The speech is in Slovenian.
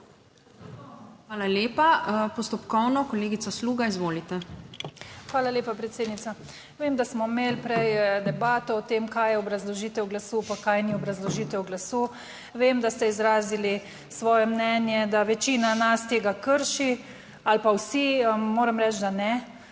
Hvala lepa. Postopkovno kolegica Sluga, izvolite. JANJA SLUGA (PS Svoboda): Hvala lepa, predsednica. Vem, da smo imeli prej debato o tem, kaj je obrazložitev glasu pa kaj ni obrazložitev glasu. Vem, da ste izrazili svoje mnenje, da večina nas tega krši ali pa vsi moram reči, da ne,